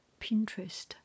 Pinterest